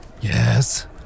Yes